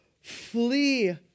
flee